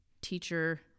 teacher